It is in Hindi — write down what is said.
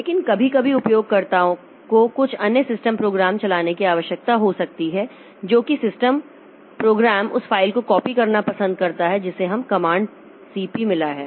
लेकिन कभी कभी उपयोगकर्ता को कुछ अन्य सिस्टम प्रोग्राम चलाने की आवश्यकता हो सकती है जो सिस्टम प्रोग्राम उस फाइल को कॉपी करना पसंद करता है जिसे हमें कमांड सीपी मिला है